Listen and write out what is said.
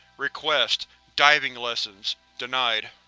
request diving lessons. denied.